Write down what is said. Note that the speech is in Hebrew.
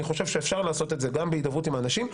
אני חושב שאפשר לעשות את זה גם בהידברות עם האנשים,